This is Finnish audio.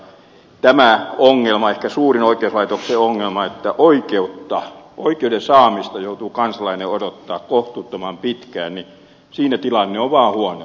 mutta tämä ongelma ehkä suurin oikeuslaitoksen ongelma on se että oikeutta oikeuden saamista joutuu kansalainen odottamaan kohtuuttoman pitkään siinä tilanne on vaan huonontunut